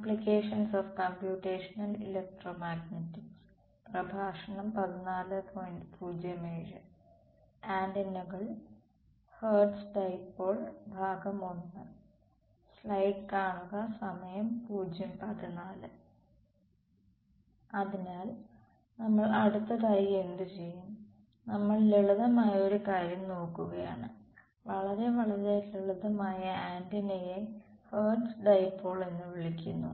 അതിനാൽ നമ്മൾ അടുത്തതായി എന്തുചെയ്യും നമ്മൾ ലളിതമായ ഒരു കാര്യം നോക്കുകയാണ് വളരെ വളരെ ലളിതമായ ആന്റിനയെ ഹെർട്സ് ഡൈപോൾ എന്ന് വിളിക്കുന്നു